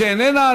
שאיננה,